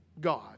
God